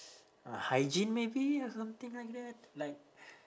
uh hygiene maybe or something like that like